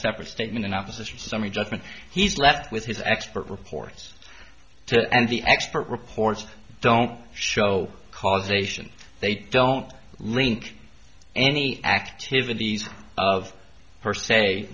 separate statement and officers summary judgment he's left with his expert reports to end the expert reports don't show causation they don't rink any activities of per se